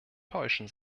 täuschen